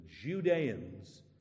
Judeans